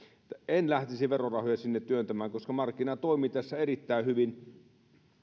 en lähtisi verorahoja sinne työntämään koska markkina toimii tässä erittäin hyvin